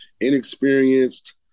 inexperienced